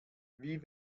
wie